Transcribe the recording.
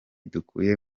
dukuye